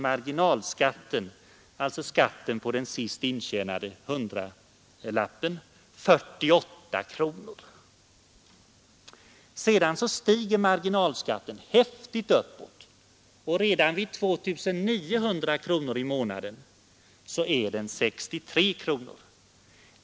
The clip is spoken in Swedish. marginalskatten hastigt uppåt, och redan vid 2 900 kronor i månaden är den 63 kronor.